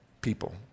people